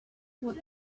what